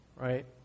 right